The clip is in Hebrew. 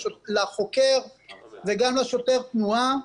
לחוקר וגם לשוטר התנועה.